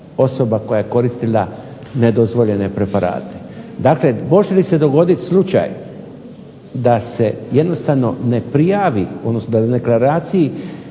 osoba koja je koristila nedozvoljene preparate. Dakle, može li se dogoditi slučaj da se jednostavno ne prijavi, odnosno da na deklaraciji